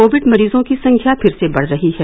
Covid मरीजों की संख्या फिर से बढ़ रही है